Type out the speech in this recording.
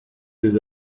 des